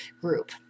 group